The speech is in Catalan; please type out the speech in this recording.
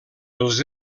els